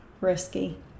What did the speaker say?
risky